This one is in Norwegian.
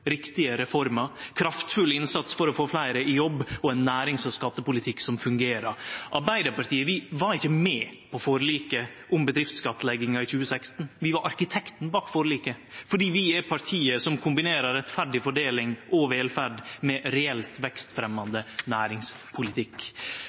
riktige reformer, kraftfull innsats for å få fleire i jobb og ein nærings- og skattepolitikk som fungerer. Arbeidarpartiet var ikkje med på forliket om bedriftskattelegginga i 2016. Vi var arkitekten bak forliket, fordi vi er det partiet som kombinerer rettferdig fordeling og velferd med